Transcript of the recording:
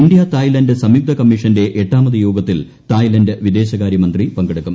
India Thailand സംയുക്ത്രൂക്മ്മീഷന്റെ എട്ടാമത് യോഗത്തിൽ തായ്ലന്റ് വിദേശകാര്യമന്ത്രി പങ്കെടുക്കും